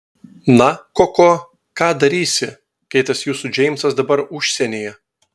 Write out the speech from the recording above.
na koko ką darysi kai tas jūsų džeimsas dabar užsienyje